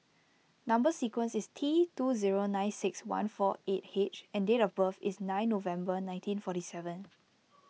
Number Sequence is T two zero nine six one four eight H and date of birth is nine November nineteen forty seven